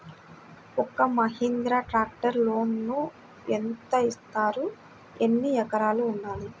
ఒక్క మహీంద్రా ట్రాక్టర్కి లోనును యెంత ఇస్తారు? ఎన్ని ఎకరాలు ఉండాలి?